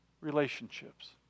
relationships